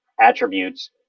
attributes